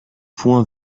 point